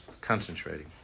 concentrating